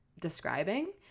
describing